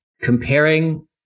comparing